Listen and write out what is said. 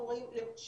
אנחנו רואים 62%,